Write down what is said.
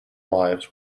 lives